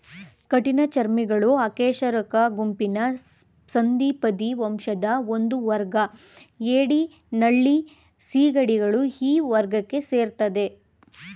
ಕಠಿಣಚರ್ಮಿಗಳು ಅಕಶೇರುಕ ಗುಂಪಿನ ಸಂಧಿಪದಿ ವಂಶದ ಒಂದುವರ್ಗ ಏಡಿ ನಳ್ಳಿ ಸೀಗಡಿಗಳು ಈ ವರ್ಗಕ್ಕೆ ಸೇರ್ತದೆ